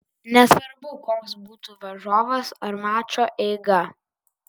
nesvarbu koks būtų varžovas ar mačo eiga